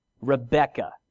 Rebecca